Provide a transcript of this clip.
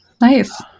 Nice